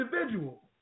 individual